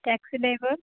taxi driver